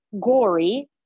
gory